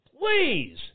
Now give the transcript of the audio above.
please